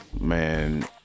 Man